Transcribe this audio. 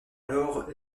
alors